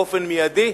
באופן בלעדי,